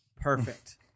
Perfect